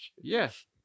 Yes